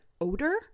odor